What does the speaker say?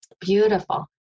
Beautiful